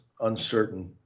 uncertain